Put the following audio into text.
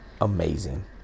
Amazing